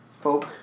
folk